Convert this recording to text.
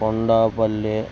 Kondapalle